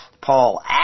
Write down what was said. Paul